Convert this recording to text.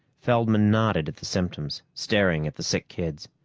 feldman nodded at the symptoms, staring at the sick kids.